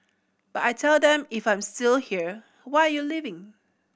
but I tell them if I'm still here why are you leaving